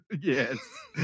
Yes